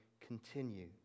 continue